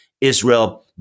Israel